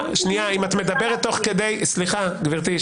--- סליחה, גברתי.